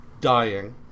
dying